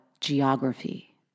geography